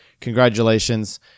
Congratulations